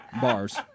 Bars